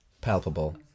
palpable